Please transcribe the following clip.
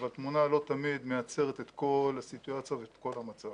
אבל תמונה לא תמיד מייצרת את כל הסיטואציה ואת כל המצב.